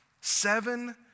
seven